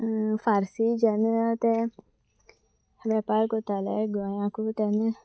फार्सी जेन्ना ते वेपार कोताले गोंयाकू तेन्ना